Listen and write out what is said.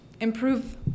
improve